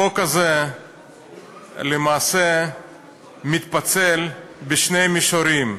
החוק הזה למעשה מתפצל בשני מישורים: